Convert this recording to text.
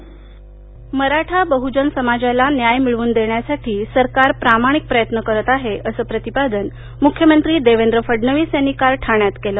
माथाडी कामगार मराठा बहजन समाजाला न्याय मिळवून देण्यासाठी सरकार प्रामाणिक प्रयत्न करत आहे असंप्रतिपादन मुख्यमंत्री देवेंद्र फडणवीस यांनी काल ठाण्यात केलं